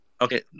Okay